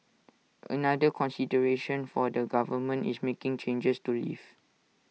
another consideration for the government is making changes to leave